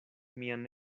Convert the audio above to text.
mian